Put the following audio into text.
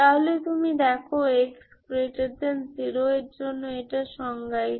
তাহলে তুমি দেখ x0 এর জন্য এটা সংজ্ঞায়িত